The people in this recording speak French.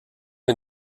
est